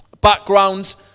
backgrounds